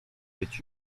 być